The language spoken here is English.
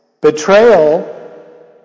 Betrayal